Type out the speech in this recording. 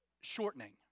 shortening